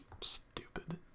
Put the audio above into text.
stupid